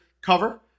cover